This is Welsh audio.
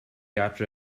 adre